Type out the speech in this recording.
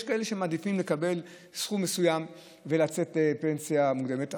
יש כאלה שמעדיפים לקבל סכום מסוים ולצאת לפנסיה מוקדמת.